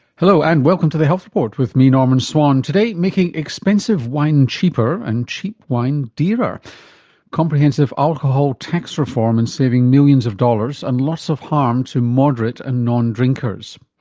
hello and welcome to the health report with me, norman swan. today, making expensive wine cheaper and cheap wine dearer comprehensive alcohol tax reform and saving millions of dollars and lots of harm to moderate and non drinkers.